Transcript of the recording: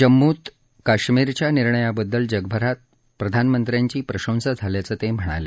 जम्मूत काश्मीरच्या निर्णयाबद्दल जगभरात प्रधानमंत्र्यांची प्रशंसा झाल्याचं ते म्हणाले